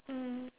mm